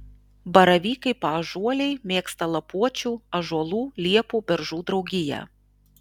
baravykai paąžuoliai mėgsta lapuočių ąžuolų liepų beržų draugiją